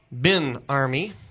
BINARMY